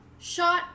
Shot